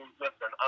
listen